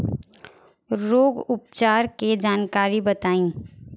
रोग उपचार के जानकारी बताई?